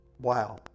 Wow